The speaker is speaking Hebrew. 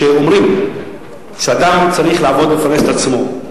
שאומרים שאדם צריך לעבוד ולפרנס את עצמו.